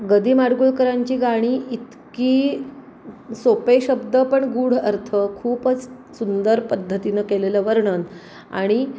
ग दी माडगूळकरांची गाणी इतकी सोपे शब्द पण गूढ अर्थ खूपच सुंदर पद्धतीनं केलेलं वर्णन आणि